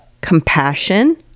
compassion